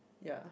ya